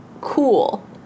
cool